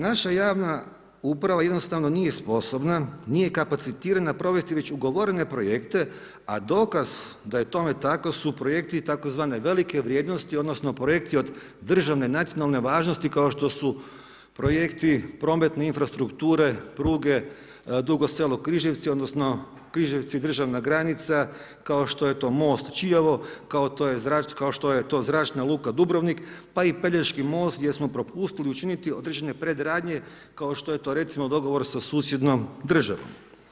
Naša javna uprava jednostavno nije sposobna, nije kapacitirana provesti već ugovorene projekte, a dokaz da je tome tako su projekti tzv. velike vrijednosti, odnosno projekti od državne nacionalne važnosti kao što su projekti prometne infrastrukture, pruge Dugo Selo-Križevci, odnosno Križevci-državna granica, kao što je to most Čiovo, kao što je to zračna luka Dubrovnik, pa i Pelješki most, gdje smo propustili učiniti određene predradnje kao što je to recimo, dogovor sa susjednom državom.